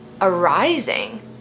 arising